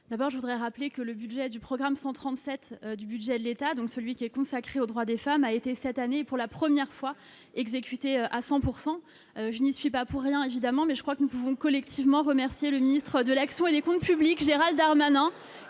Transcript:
d'abord rappeler que le budget du programme 137 du budget de l'État, celui qui est consacré aux droits des femmes, a été cette année pour la première fois, exécuté à 100 %. Je n'y suis pas pour rien, évidemment, mais je crois que nous pouvons collectivement remercier le ministre de l'action et des comptes publics, Gérald Darmanin